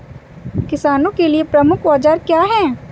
किसानों के लिए प्रमुख औजार क्या हैं?